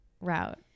route